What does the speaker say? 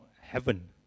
heaven